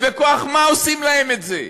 ומכוח מה עושים להם את זה?